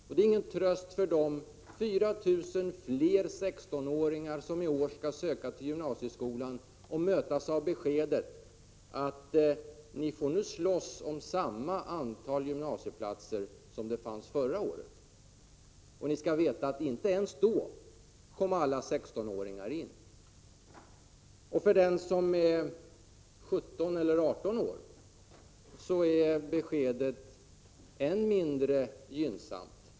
Och det är ingen tröst för de 4 000 fler 16-åringar som i år skall söka till gymnasieskolan och mötas av beskedet: Ni får nu slåss om samma antal gymnasieplatser som det fanns förra året. — Ni skall veta att inte ens då kom alla 16-åringar in. Och för den som är 17 eller 18 år är beskedet ännu mindre gynnsamt.